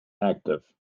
active